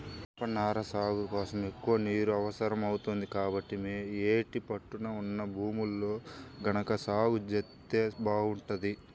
జనపనార సాగు కోసం ఎక్కువ నీరు అవసరం అవుతుంది, కాబట్టి యేటి పట్టున ఉన్న భూముల్లో గనక సాగు జేత్తే బాగుంటది